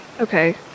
Okay